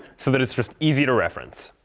so that it's just easy to reference.